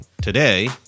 today